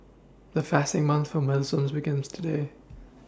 the fasting month for Muslims begins today